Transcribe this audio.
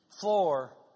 floor